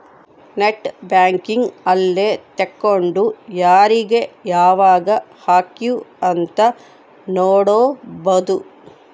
net banking ಅಲ್ಲೆ ತೆಕ್ಕೊಂಡು ಯಾರೀಗ ಯಾವಾಗ ಹಕಿವ್ ಅಂತ ನೋಡ್ಬೊದು